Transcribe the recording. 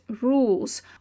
rules